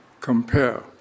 compare